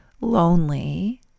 lonely